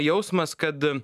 jausmas kad